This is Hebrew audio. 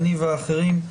אני ואחרים,